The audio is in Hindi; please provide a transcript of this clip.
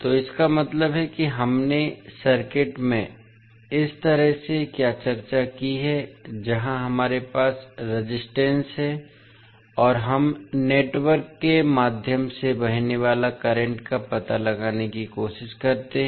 तो इसका मतलब है कि हमने सर्किट में इस तरह से क्या चर्चा की है जहां हमारे पास रेजिस्टेंस हैं और हम नेटवर्क के माध्यम से बहने वाले करंट का पता लगाने की कोशिश करते हैं